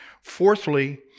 Fourthly